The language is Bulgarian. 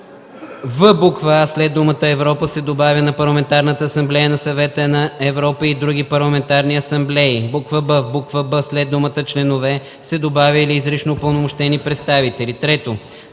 в буква „а” след думата „Европа” се добавя „на Парламентарната асамблея на Съвета на Европа и други парламентарни асамблеи”; б) в буква „б” след думата „членове” се добавя „или изрично упълномощени представители”. 3.